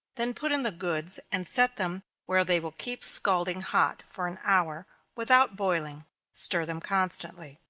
then put in the goods, and set them where they will keep scalding hot for an hour, without boiling stir them constantly.